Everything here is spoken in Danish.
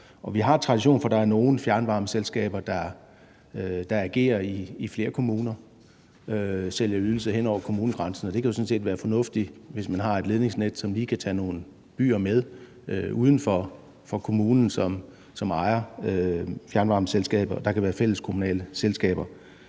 vi har tradition for, at der er nogle fjernvarmeselskaber, der agerer i flere kommuner, altså sælger ydelser hen over kommunegrænsen, og det kan jo sådan set være fornuftigt, hvis man har et ledningsnet, som lige kan tage nogle byer med uden for den kommune, som ejer fjernvarmeselskabet – og der kan også være fælleskommunale selskaber.